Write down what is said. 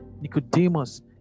Nicodemus